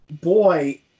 boy